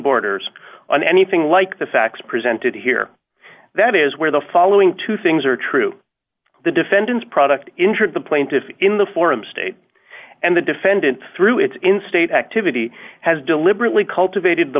borders on anything like the facts presented here that is where the following two things are true the defendants product injured the plaintiff in the forum state and the defendant through its in state activity has deliberately cultivated the